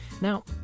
Now